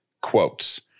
quotes